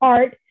Art